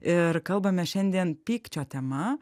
ir kalbame šiandien pykčio tema